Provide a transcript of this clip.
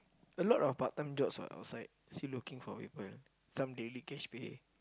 a lot of part-time jobs what outside still looking for people some daily cash pay